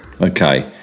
Okay